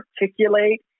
articulate